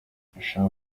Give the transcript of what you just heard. ndashaka